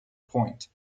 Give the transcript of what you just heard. point